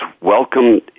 welcome